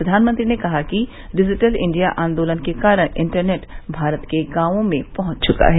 प्रधानमंत्री ने कहा कि डिजिटल इंडिया आंदोलन के कारण इंटरनेट भारत के गांवों में पहुंच चुका है